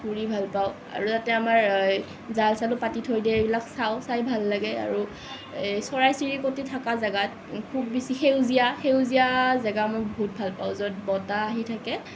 ফুৰি ভাল পাওঁ আৰু ইয়াতে আমাৰ জাল চালো পাতি থৈ দিয়ে এইবিলাক চাওঁ চাই ভাল লাগে আৰু এই চৰাই চিৰিকটি থকা জেগাত খুব বেছি সেউজীয়া সেউজীয়া জেগা মই বহুত ভাল পাওঁ য'ত বতাহ আহি তাকে